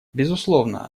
безусловно